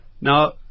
Now